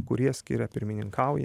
kurie skiria pirmininkauja